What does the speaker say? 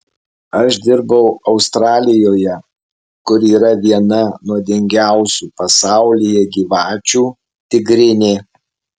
aš dirbau australijoje kur yra viena nuodingiausių pasaulyje gyvačių tigrinė